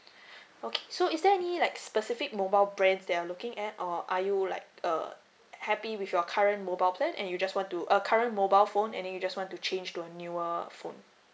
okay so is there any like specific mobile brands that you're looking at or are you like uh happy with your current mobile plan and you just want to uh current mobile phone and then you just want to change to a newer phone